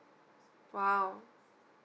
!wow!